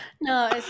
No